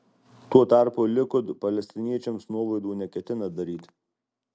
tuo tarpu likud palestiniečiams nuolaidų neketina daryti